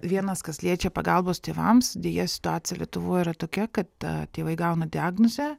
vienas kas liečia pagalbos tėvams deja situacija lietuvoje yra tokia kad tėvai gauna diagnozę